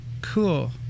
cool